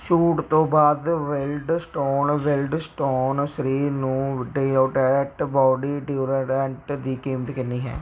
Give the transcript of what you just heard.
ਛੂਟ ਤੋਂ ਬਾਅਦ ਵਿਲਡ ਸਟੋਨ ਵਿਲਡ ਸਟੋਨ ਸਰੀਰ ਨੂੰ ਡੀਓਡਰੈਂਟ ਬੋਡੀ ਡੀਓਡਰੈਂਟ ਦੀ ਕੀਮਤ ਕਿੰਨੀ ਹੈ